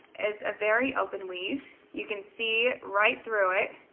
is a very open weave. you can see right through it.